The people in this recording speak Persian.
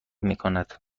میکند